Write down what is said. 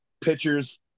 pitchers